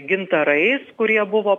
gintarais kurie buvo